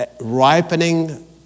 ripening